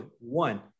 One